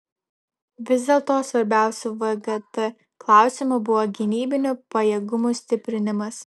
vis dėlto svarbiausiu vgt klausimu buvo gynybinių pajėgumų stiprinimas